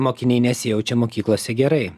mokiniai nesijaučia mokyklose gerai